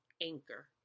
anchor